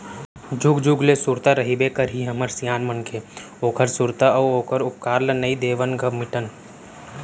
जुग जुग ले सुरता रहिबे करही हमर सियान मन के ओखर सुरता अउ ओखर उपकार ल नइ देवन ग मिटन